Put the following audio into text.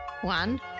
One